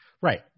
Right